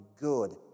good